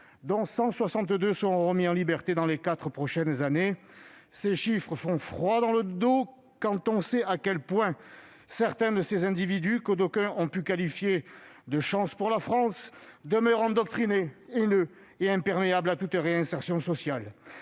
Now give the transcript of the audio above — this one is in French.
dont 162 qui seront remises en liberté dans les quatre prochaines années. Ces chiffres font froid dans le dos quand on sait à quel point certains de ces individus, que d'aucuns ont pu qualifier de « chances pour la France », demeurent endoctrinés, haineux et imperméables à toute réinsertion sociale.